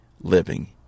living